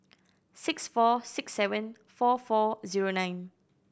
six four six seven four four zero nine